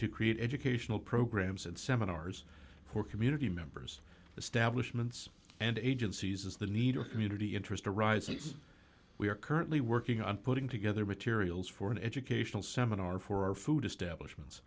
to create educational programs and seminars for community members establishment and agencies as the need or community interest arises we are currently working on putting together materials for an educational seminar for our food establishment